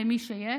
למי שיש,